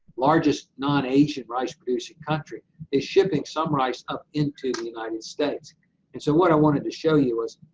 largest non-asian rice producing country is shipping some rice up into the united states, and so what i wanted to show you was,